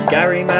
Gary